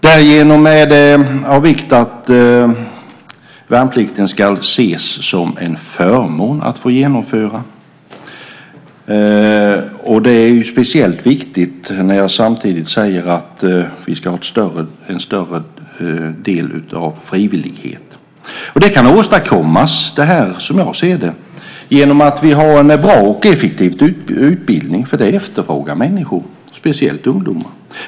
Därigenom är det av vikt att värnplikten ska ses som en förmån att få genomföra. Det är speciellt viktigt när jag samtidigt säger att vi ska ha en större del av frivillighet. Det kan åstadkommas genom att vi har en bra och effektiv utbildning. Det efterfrågar människor, speciellt ungdomar.